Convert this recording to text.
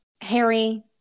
Harry